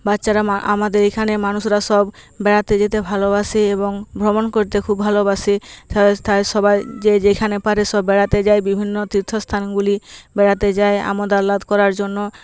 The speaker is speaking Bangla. বাচ্চারা মা আমাদের এইখানে মানুষরা সব বেড়াতে যেতে ভালোবাসে এবং ভ্রমণ করতে খুব ভালোবাসে তাদের তাদের সবাই যে যেখানে পারে সব বেড়াতে যায় বিভিন্ন তীর্থ স্থানগুলি বেড়াতে যায় আমোদ আহ্লাদ করার জন্য